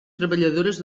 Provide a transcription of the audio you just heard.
treballadores